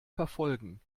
verfolgen